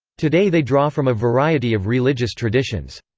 today they draw from a variety of religious traditions.